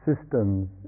systems